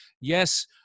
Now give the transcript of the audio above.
Yes